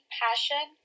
passion